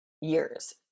years